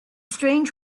strange